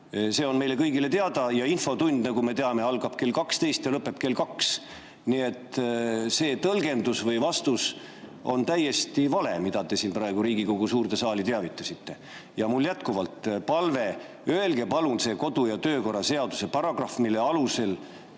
see on meile kõigile teada, ja infotund, nagu me teame, algab kell 12 ja lõpeb kell 2. Nii et see tõlgendus või vastus, nagu te siin praegu Riigikogu suurt saali teavitasite, on täiesti vale. Mul on jätkuvalt palve: öelge palun see kodu‑ ja töökorra seaduse paragrahv, mille alusel